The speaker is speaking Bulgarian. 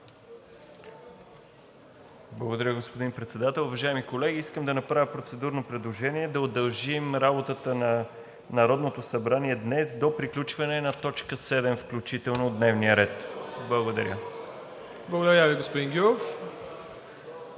Благодаря, господин Председател. Уважаеми колеги, искам да направя процедурно предложение – да удължим работата на Народното събрание днес до приключване на точка седма включително от дневния ред. Благодаря. (Шум и реплики.)